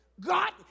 God